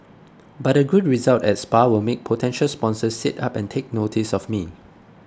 but a good result at spa will make potential sponsors sit up and take notice of me